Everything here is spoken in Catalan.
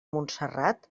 montserrat